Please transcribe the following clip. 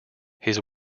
his